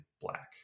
black